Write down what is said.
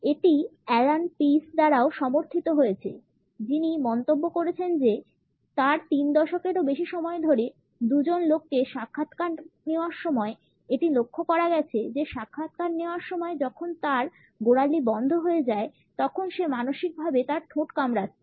এটি Allan Pease দ্বারাও সমর্থিত হয়েছে যিনি মন্তব্য করেছেন যে তার তিন দশকেরও বেশি সময় ধরে দুজন লোককে সাক্ষাৎকার নেওয়ার সময় এটি লক্ষ করা গেছে যে সাক্ষাৎকার নেওয়ার সময় যখন তার গোড়ালি বন্ধ হয়ে যায় তখন সে মানসিকভাবে তার ঠোঁট কামড়াচ্ছে